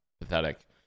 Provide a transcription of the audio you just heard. pathetic